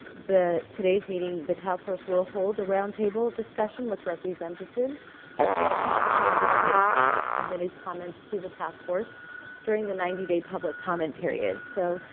today's meeting the task force will hold a roundtable discussion with representatives of select medical organizations that submitted comments to the task force during the ninety day public comment period. so,